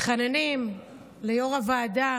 מתחננים ליו"ר הוועדה